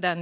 Den